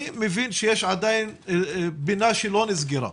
אני מבין שיש עדיין פינה שלא נסגרה.